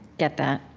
get that.